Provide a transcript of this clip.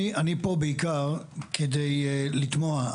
אני פה בעיקר כדי לתמוה.